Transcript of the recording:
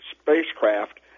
spacecraft